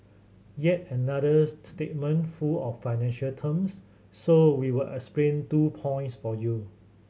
yet another statement full of financial terms so we will explain two points for you